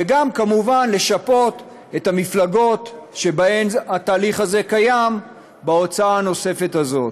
וגם כמובן לשפות את המפלגות שבהן התהליך הזה קיים בהוצאה הנוספת הזאת.